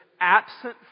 absent